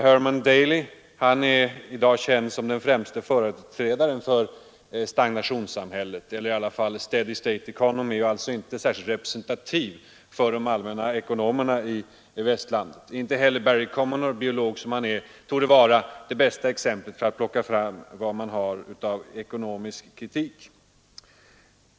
Herman Daley är i dag känd som den främste företrädaren för stagnationssamhället eller i varje fall för steady state economy och alltså inte särskilt representativ för ekonomerna i Västerlandet. Inte heller Barry Commoner, biolog som han är, torde vara det bästa exemplet på vad som finns av kritik från ekonomer.